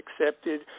accepted